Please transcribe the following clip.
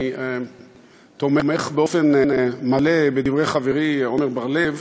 אני תומך באופן מלא בדברי חברי עמר בר-לב.